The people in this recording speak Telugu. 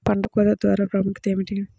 పంట కోత తర్వాత ప్రాముఖ్యత ఏమిటీ?